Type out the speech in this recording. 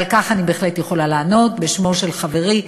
ועל כך אני בהחלט יכולה לענות בשמו של חברי,